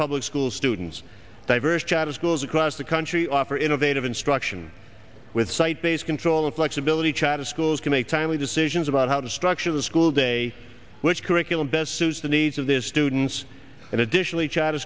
public school students diverse chadha schools across the country offer innovative instruction with site based control of flexibility charter schools can make timely decisions about how to structure the school day which curriculum best the needs of this students and additionally cha